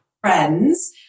friends